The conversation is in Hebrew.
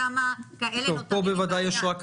פה יש רק הארכה.